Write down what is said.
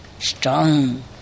strong